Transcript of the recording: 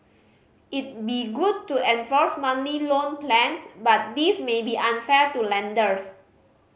it'd be good to enforce monthly loan plans but this may be unfair to lenders